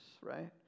right